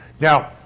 Now